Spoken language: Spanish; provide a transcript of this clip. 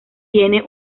tiene